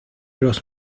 los